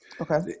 Okay